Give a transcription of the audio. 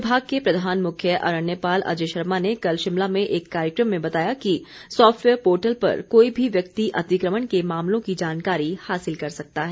विमाग के प्रधान मुख्य आरण्यपाल अजय शर्मा ने कल शिमला में एक कार्यक्रम में बताया कि सॉफटवेयर पोर्टल पर कोई भी व्यक्ति अतिक्रमण के मामलों की जानकारी हासिल कर सकता है